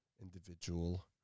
individual